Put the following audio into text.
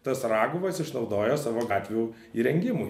tas raguvas išnaudojo savo gatvių įrengimui